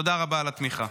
תודה רבה על התמיכה.